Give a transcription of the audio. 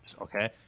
okay